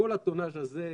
כל הטונאז' הזה,